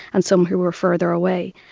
and some who were farther away.